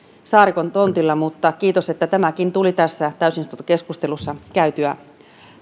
saarikon tontilla mutta kiitos että tämäkin tuli tässä täysistuntokeskustelussa käytyä